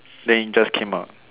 dangers came out